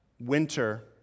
winter